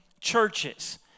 churches